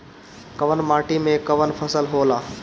कवन माटी में कवन फसल हो ला?